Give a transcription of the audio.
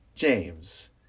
James